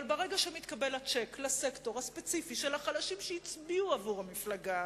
אבל ברגע שמתקבל הצ'ק לסקטור הספציפי של החלשים שהצביעו עבור המפלגה,